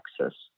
Texas